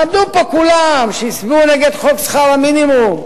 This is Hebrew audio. עמדו פה כולם כשהצביעו נגד חוק שכר המינימום,